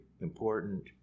important